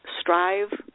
strive